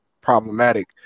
problematic